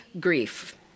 grief